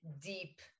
deep